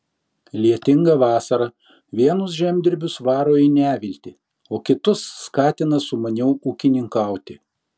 lietinga vasara vienus žemdirbius varo į neviltį o kitus skatina sumaniau ūkininkauti